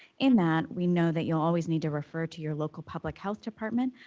in that, we know that you'll always need to refer to your local public health department,